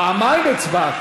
פעמיים הצבעת?